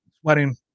sweating